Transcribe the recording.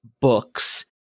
books